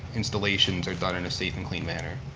installations are done in a safe and clean manner.